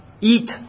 eat